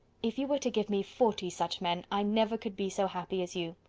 if you were to give me forty such men, i never could be so happy as you.